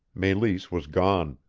meleese was gone.